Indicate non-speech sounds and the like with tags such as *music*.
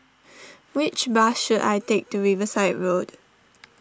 *noise* which bus should I take to Riverside Road